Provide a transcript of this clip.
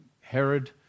Herod